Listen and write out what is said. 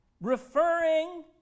Referring